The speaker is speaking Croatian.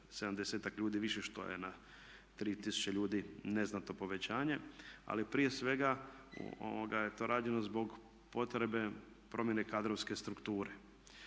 ljudi više što je na 3000 ljudi neznatno povećanje. Ali prije svega je to rađeno zbog potrebe promjene kadrovske strukture.